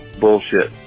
bullshit